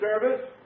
service